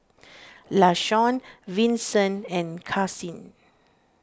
Lashawn Vinson and Karsyn